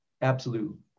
absolute